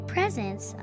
presents